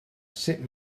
sut